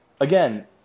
again